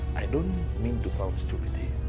i don't mean to sound stupid here,